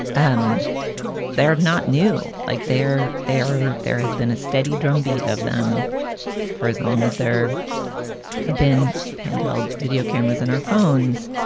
um they are not new. like there they are. there has been a steady drumbeat of them for as long as there have been handheld video cameras in our phones.